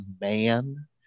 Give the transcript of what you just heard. man